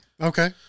Okay